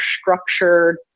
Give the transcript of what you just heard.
structured